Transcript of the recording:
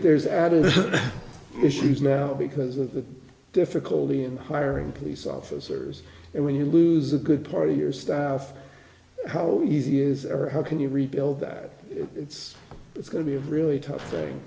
there's added issues now because of the difficulty in hiring police officers and when you lose a good part of your staff how easy is or how can you rebuild that it's going to be a really tough thing